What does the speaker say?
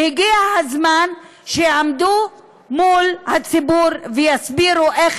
הגיע הזמן שיעמדו מול הציבור ויסבירו איך